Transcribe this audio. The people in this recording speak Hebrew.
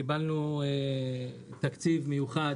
קיבלנו תקציב מיוחד,